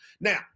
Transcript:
Now